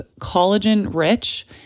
collagen-rich